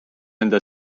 enda